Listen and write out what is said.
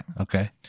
Okay